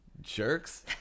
Jerks